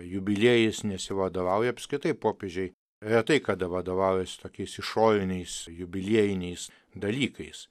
jubiliejais nesivadovauja apskritai popiežiai retai kada vadovaujasi tokiais išoriniais jubiliejiniais dalykais